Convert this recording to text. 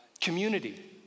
Community